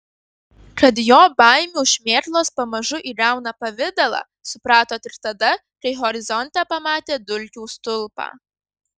kad jo baimių šmėklos pamažu įgauna pavidalą suprato tik tada kai horizonte pamatė dulkių stulpą